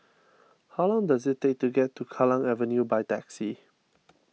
how long does it take to get to Kallang Avenue by taxi